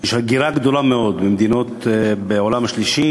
יש הגירה גדולה מאוד ממדינות בעולם השלישי